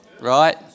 right